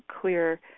clear